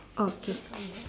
ah okay